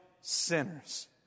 sinners